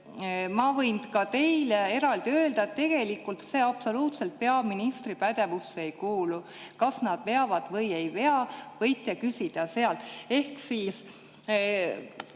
ma võin ka teile eraldi öelda, et tegelikult see absoluutselt peaministri pädevusse ei kuulu. Kas nad veavad või ei vea, võite küsida sealt." Ehk kui